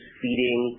feeding